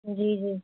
जी जी